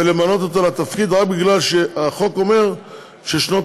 למנות אותו לתפקיד רק בגלל שהחוק אומר ששנות